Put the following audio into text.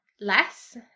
less